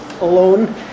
alone